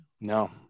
No